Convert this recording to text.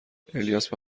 الیاس، به